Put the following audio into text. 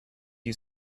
you